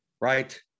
right